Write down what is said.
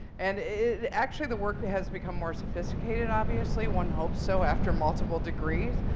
and actually, the work has become more sophisticated, obviously. one hopes so after multiple degree.